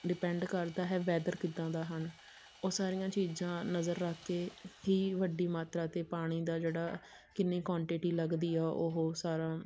depend ਕਰਦਾ ਹੈ weather ਕਿੱਦਾਂ ਦੇ ਹਨ ਉਹ ਸਾਰੀਆਂ ਚੀਜ਼ਾਂ ਨਜ਼ਰ ਰੱਖ ਕੇ ਹੀ ਵੱਡੀ ਮਾਤਰਾ 'ਤੇ ਪਾਣੀ ਦਾ ਜਿਹੜਾ ਕਿੰਨੀ ਕੁਆਂਟਿਟੀ ਲੱਗਦੀ ਆ ਉਹ ਸਾਰਾ